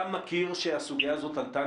אתה מכיר שהסוגיה הזאת עלתה,